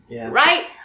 right